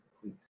please